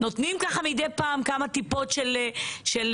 נותנים מדי פעם כמה טיפות של רגיעה.